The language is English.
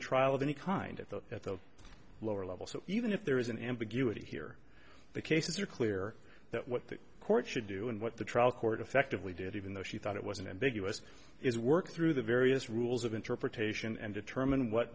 a trial of any kind at the at the lower level so even if there is an ambiguity here the cases are clear that what the court should do and what the trial court effectively did even though she thought it wasn't ambiguous is work through the various rules of interpretation and determine what